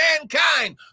mankind